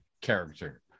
character